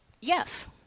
yes